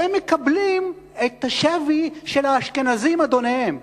שהם מקבלים את השבי של האשכנזים אדוניהם.